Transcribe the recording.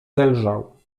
zelżał